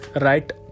right